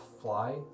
Fly